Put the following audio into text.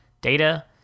Data